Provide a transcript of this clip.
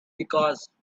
because